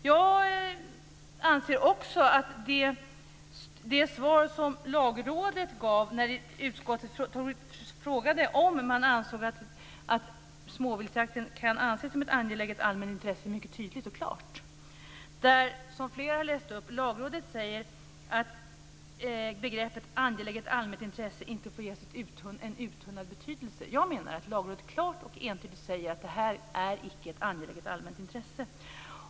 Jag anser också att det svar som Lagrådet gav när utskottet frågade om man ansåg att småviltsjakten kan anses som ett angeläget allmänintresse var mycket tydligt och klart. Som flera tidigare sagt säger Lagrådet att begreppet angeläget allmänt intresse inte får ges en uttunnad betydelse. Jag menar att Lagrådet klart och entydigt säger att det här inte är ett angeläget allmänt intresse.